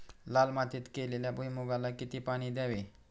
लाल मातीत केलेल्या भुईमूगाला किती पाणी द्यावे?